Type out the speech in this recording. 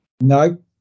No